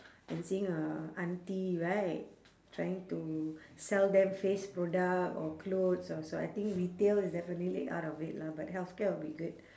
and seeing a auntie right trying to sell them face product or clothes also I think retail is definitely out of it lah but healthcare will be good